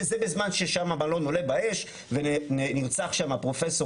וזה בזמן ששם מלון עולה באש ונרצח שם פרופ'